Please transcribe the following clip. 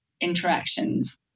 interactions